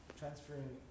transferring